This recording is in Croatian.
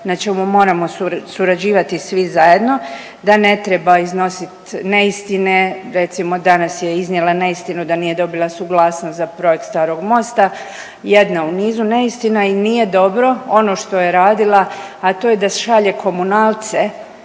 na čemu moramo surađivati svi zajedno, da ne treba iznosit neistine, recimo danas je iznijela neistinu da nije dobila suglasnost za projekt Starog mosta, jedna u nizu neistina i nije dobro ono što je radila, a to je da šalje komunalce